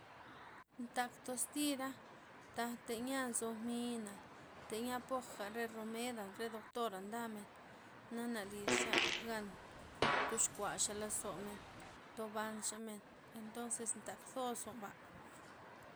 Ntak toztira, taj theyia nzo mii'na, theyia poja re romeda', re doktora' mdamen, nana lidxagan thox kuaxa lozomen, thobanxa men, entonzes ntakzos jwa'nba